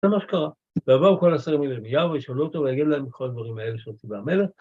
זה מה שקרה: ויבואו כל השרים אל ירמיהו, וישאלו אותו, ויגד להם ככל הדברים האלה אשר צוה המלך,